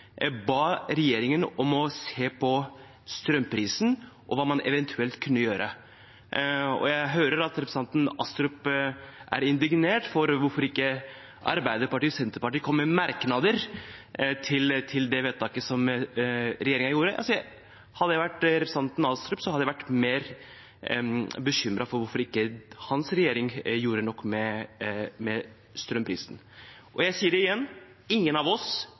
ba regjeringen om å se på strømprisen og på hva man eventuelt kunne gjøre. Jeg hører at representanten Astrup er indignert over at Arbeiderpartiet og Senterpartiet ikke kom med merknader til det vedtaket som bl.a. regjeringspartiene fattet da. Hadde jeg vært representanten Astrup, hadde jeg vært mer bekymret over hvorfor hans regjering ikke gjorde nok med strømprisen. Jeg sier det igjen: Ingen av oss